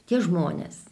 tie žmonės